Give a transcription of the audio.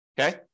Okay